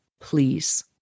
Please